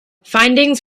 findings